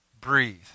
breathe